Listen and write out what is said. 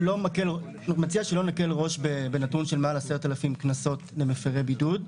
אני מציע שלא נקל ראש בנתון של מעל 10,000 קנסות למפרי בידוד,